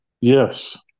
Yes